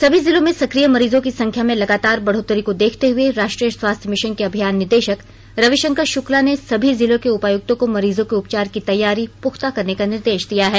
सभी जिलों में सकिय मरीजों की संख्या में लगातार बढ़ोतरी को देखते हुए राष्ट्रीय स्वास्थ्य मिशन के अभियान निदेशक रविशंकर शुक्ला ने सभी जिलों के उपायुक्तों को मरीजों के उपचार की तैयारी पुख्ता करने का निर्देश दिया है